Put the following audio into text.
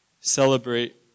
celebrate